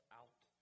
out